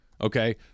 Okay